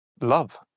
love